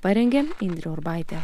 parengė indrė urbaitė